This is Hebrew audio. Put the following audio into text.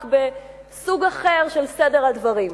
רק בסוג אחר של סדר הדברים,